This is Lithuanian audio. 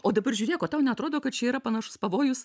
o dabar žiūrėk o tau neatrodo kad čia yra panašus pavojus